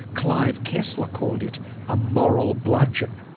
clive kessler called it a moral bludgeon.